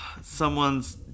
Someone's